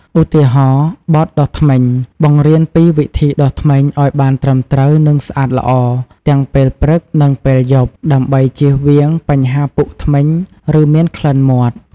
ឧទាហរណ៍បទ "ដុសធ្មេញ" បង្រៀនពីវិធីដុសធ្មេញឲ្យបានត្រឹមត្រូវនិងស្អាតល្អ ទាំងពេលព្រឹក និងពេលយប់ ដើម្បីជៀសវាងបញ្ហាពុកធ្មេញ ឬមានក្លិនមាត់។